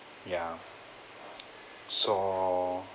ya so